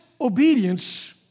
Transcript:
obedience